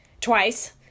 twice